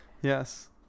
Yes